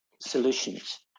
solutions